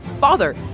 Father